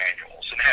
manuals